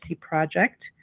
Project